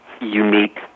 unique